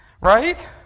Right